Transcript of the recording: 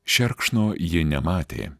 šerkšno ji nematė